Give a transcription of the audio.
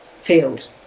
field